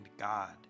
God